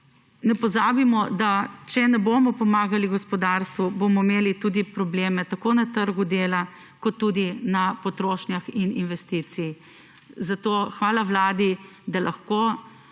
Ne pozabimo, da če ne bomo pomagali gospodarstvu, bomo imeli probleme tako na trgu dela kot tudi na potrošnji in investicijah. Zato hvala Vladi, da lahko